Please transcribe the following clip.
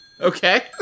Okay